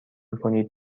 کنید